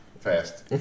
Fast